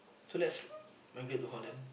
so let's migrate to Holland